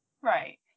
Right